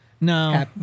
No